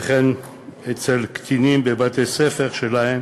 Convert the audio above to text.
וכן אצל קטינים בבתי-הספר שלהם